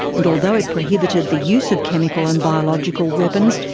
and although it prohibited the use of chemical and biological weapons,